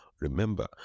remember